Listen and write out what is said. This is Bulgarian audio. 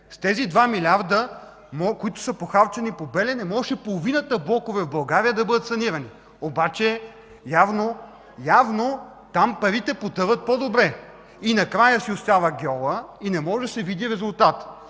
С тези два милиарда, които са похарчени по „Белене”, можеше половината блокове в България да бъдат санирани. Обаче явно там парите потъват по-добре, и накрая си остава гьолът и не може да се види резултатът.